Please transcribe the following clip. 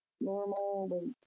normal